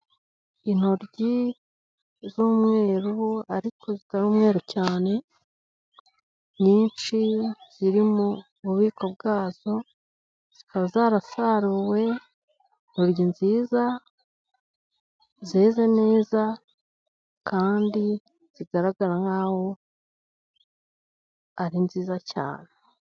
Intoryi z'umweru ariko zitari umweru cyane, nyinshi ziri mu bubiko bwazo, zikaba zarasaruwe. Intoryi nziza zeze neza kandi zigaragara nk'aho ari nziza cyane.